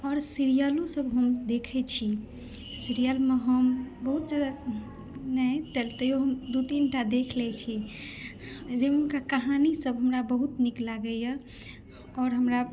आओर सीरियलो सब हम देखै छी सीरियल मे हम बहुत जगह नहि तऽ तैयो दू तीन टा देख लै छी जाहिमेका कहानी सब हमरा बहुत नीक लागैया आओर हमरा